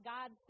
God